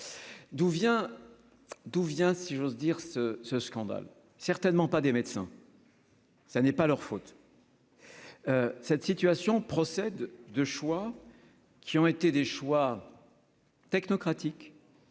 d'où vient, si j'ose dire ce ce scandale, certainement pas des médecins. ça n'est pas leur faute, cette situation procède de choix qui ont été des choix technocratiques